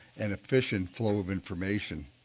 and efficient flow of information.